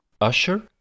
Usher